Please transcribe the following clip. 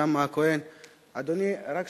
אדוני היושב-ראש,